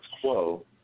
quo